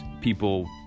people